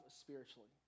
spiritually